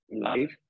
life